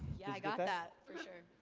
yeah i got that for sure.